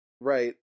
Right